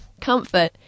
comfort